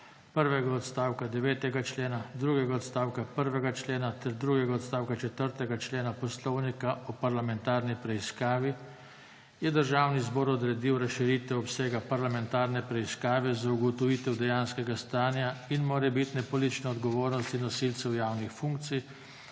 prvega odstavka 9. člena, drugega odstavka 1. člena ter drugega odstavka 4. člena Poslovnika o parlamentarni preiskavi je Državni zbor odredil razširitev obsega parlamentarne preiskave za ugotovitev dejanskega stanja in morebitne politične odgovornosti nosilcev javnih funkcij